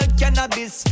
cannabis